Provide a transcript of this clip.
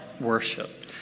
worship